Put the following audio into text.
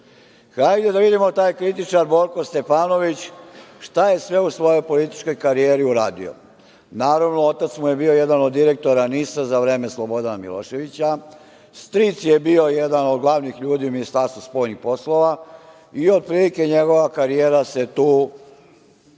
džep. Hajde da vidimo, taj kritičar, Borko Stefanović, šta je sve u svojoj političkoj karijeri uradio. Naravno, otac mu je bio jedan od direktora NIS za vreme Slobodana Miloševića, stric mu je bio jedan od glavnih ljudi u Ministarstvu spoljnih poslova, i otprilike, njegova karijera se tu